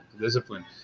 discipline